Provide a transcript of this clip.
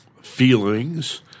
feelings